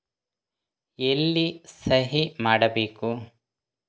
ಎಲ್ಲಿ ಸಹಿ ಮಾಡಬೇಕು?